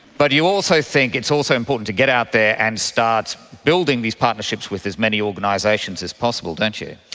but you also think it's also important to get out there and start building these partnerships with as many organisations as possible, don't you.